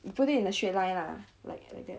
put it in a straight line lah like like that